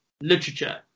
literature